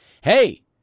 hey